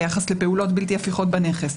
ביחס לפעולות בלתי הפיכות בנכס,